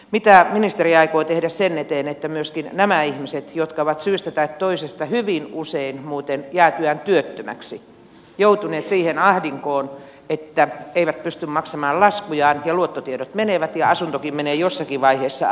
mitä ministeri aikoo tehdä myöskin näiden ihmisten eteen jotka ovat syystä tai toisesta hyvin usein muuten jäätyään työttömiksi joutuneet siihen ahdinkoon että eivät pysty maksamaan laskujaan ja luottotiedot menevät ja asuntokin menee jossakin vaiheessa alta